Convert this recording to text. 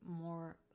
more